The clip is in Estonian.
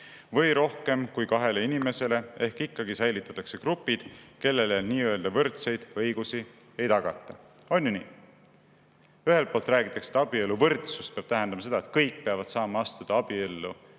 või rohkem kui kahele inimesele. Ehk ikkagi säilitatakse grupid, kellele nii-öelda võrdseid õigusi ei tagata. On ju nii? Ühelt poolt räägitakse, et abieluvõrdsus peab tähendama seda, et kõik peavad saama astuda abiellu nii,